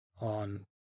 on